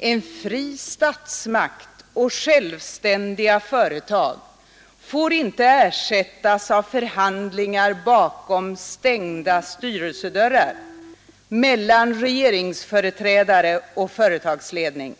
”En fri statsmakt och självständiga företag får inte ersättas av förhandlingar bakom stängda styrelsedörrar mellan regeringsföreträdare och företagsledning.